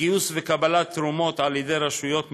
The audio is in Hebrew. גיוס וקבלה של תרומות על-ידי רשויות מקומיות,